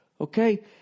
Okay